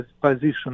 position